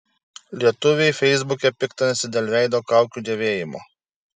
lietuviai feisbuke piktinasi dėl veido kaukių dėvėjimo